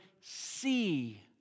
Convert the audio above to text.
see